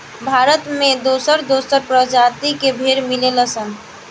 भारत में दोसर दोसर प्रजाति के भेड़ मिलेलन सन